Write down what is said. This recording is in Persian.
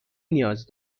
نیاز